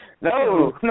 no